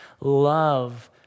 love